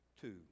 Two